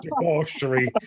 debauchery